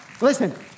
Listen